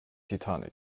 titanic